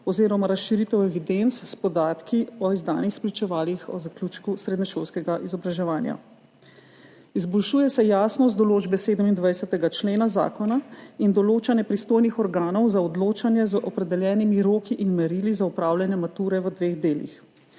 oziroma razširitev evidenc s podatki o izdanih spričevalih o zaključku srednješolskega izobraževanja. Izboljšuje se jasnost določbe 27. člena Zakona in določanje pristojnih organov za odločanje z opredeljenimi roki in merili za opravljanje mature v dveh delih.